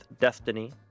destiny